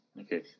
Okay